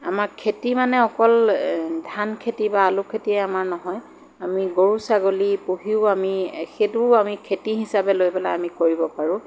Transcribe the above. আমাৰ খেতি মানে অকল ধান খেতি বা আলু খেতিয়ে আমাৰ নহয় আমি গৰু ছাগলী পুহিও আমি সেইটোও আমি খেতি হিচাপে লৈ পেলাই আমি কৰিব পাৰোঁ